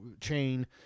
chain